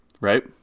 Right